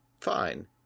fine